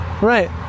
Right